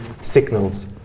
signals